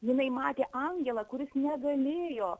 jinai matė angelą kuris negalėjo